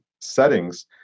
settings